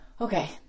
Okay